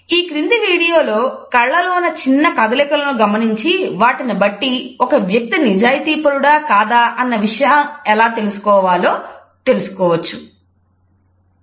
ఈ క్రింది వీడియో కళ్ళలోన చిన్న కదలికలను గమనించి వాటిని బట్టి ఒక వ్యక్తి నిజాయితీపరుడా కాదా అన్న విషయాన్ని ఎలా తెలుసుకోవాలో చెబుతుంది